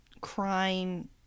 crying